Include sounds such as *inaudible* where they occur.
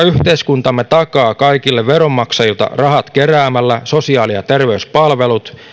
*unintelligible* yhteiskuntamme takaa kaikille veronmaksajilta rahat keräämällä sosiaali ja terveyspalvelut